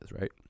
right